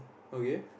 okay